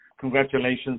congratulations